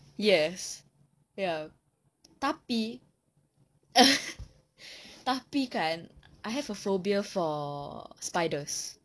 yes ya tapi tapi kan I have a phobia for spiders